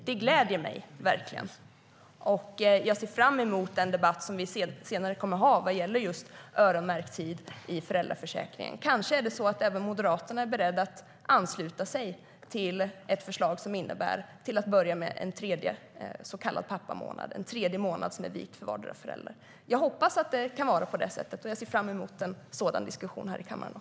Det gläder mig verkligen. Jag hoppas att det kan bli på det sättet, och jag ser fram emot en sådan diskussion här i kammaren.